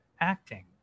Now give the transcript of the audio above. acting